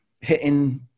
hitting